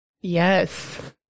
Yes